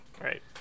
Right